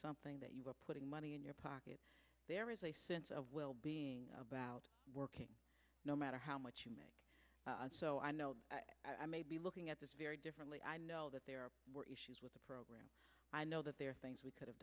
something that you are putting money in your pocket there is a sense of well being about work no matter how much you make so i know i may be looking at this very differently i know that there were issues with the program i know that there are things we could have